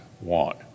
want